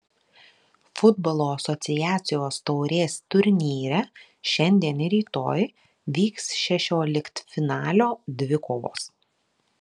futbolo asociacijos taurės turnyre šiandien ir rytoj vyks šešioliktfinalio dvikovos